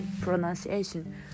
pronunciation